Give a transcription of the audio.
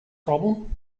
problem